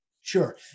Sure